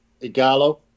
Igalo